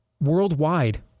Worldwide